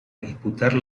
disputar